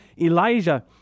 Elijah